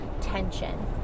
tension